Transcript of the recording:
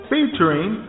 Featuring